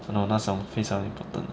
so 那时候非常 important 的